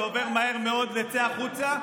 זה עובר מהר מאוד ל"צא החוצה,